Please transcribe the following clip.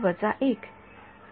विद्यार्थी बरोबर